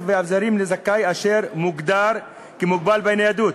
ואביזרים לזכאי אשר מוגדר כמוגבל בניידות,